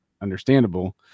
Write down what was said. understandable